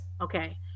okay